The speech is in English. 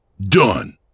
done